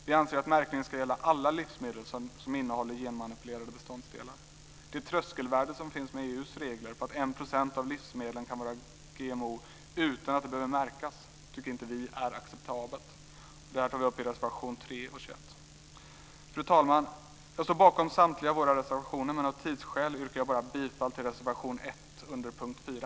Vi anser att märkningen ska gälla alla livsmedel som innehåller genmanipulerade beståndsdelar. Det tröskelvärde som finns med EU:s regler där 1 % av ett livsmedel kan bestå av GMO utan att det behöver märkas tycker inte vi är acceptabelt. Detta tar vi upp i reservationerna 3 och 21. Fru talman! Jag står bakom samtliga våra reservationer, men av tidsskäl yrkar jag bifall bara till reservation 1 under punkt 4.